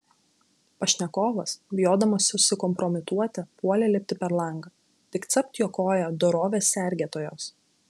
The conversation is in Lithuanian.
pašnekovas bijodamas susikompromituoti puolė lipti per langą tik capt jo koją dorovės sergėtojos